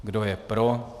Kdo je pro?